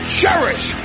cherish